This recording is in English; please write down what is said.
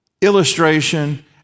illustration